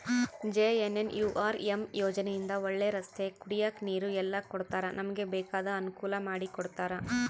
JNNURM ಯೋಜನೆ ಇಂದ ಒಳ್ಳೆ ರಸ್ತೆ ಕುಡಿಯಕ್ ನೀರು ಎಲ್ಲ ಕೊಡ್ತಾರ ನಮ್ಗೆ ಬೇಕಾದ ಅನುಕೂಲ ಮಾಡಿಕೊಡ್ತರ